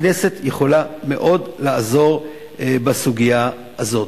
הכנסת יכולה מאוד לעזור בסוגיה הזאת.